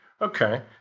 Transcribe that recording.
Okay